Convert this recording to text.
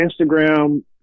Instagram